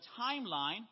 timeline